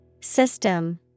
System